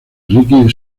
ricky